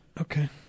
Okay